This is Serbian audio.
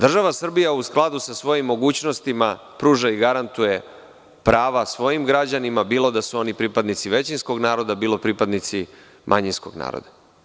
Država Srbija u skladu sa svojim mogućnostima pruža i garantuje prava svojim građanima, bilo da su oni pripadnici većinskog naroda, bilo da su pripadnici manjinskog naroda.